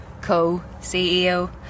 Co-CEO